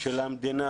של המדינה,